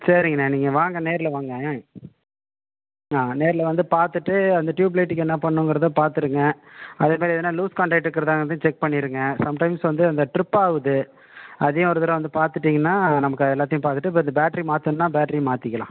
சரிங்கண்ண நீங்கள் வாங்க நேரில் வாங்க ஆ நேரில் வந்து பார்த்துட்டு அந்த டியூப் லைட்டுக்கு என்ன பண்ணணுங்கிறத பார்த்துடுங்க அதேமாதிரி எதனா லூஸ் காண்டக்ட் இருக்கிறதா வந்து செக் பண்ணிவிடுங்க சம்டைம்ஸ் வந்து அந்த ட்ரிப் ஆகுது அதையும் ஒரு தடவை வந்து பார்த்துட்டிங்கன்னா நமக்கு எல்லாத்தையும் பார்த்துட்டு இப்போ இந்த பேட்டரி மாற்றணுன்னா பேட்டரியும் மாற்றிக்கிலாம்